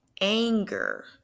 anger